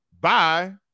bye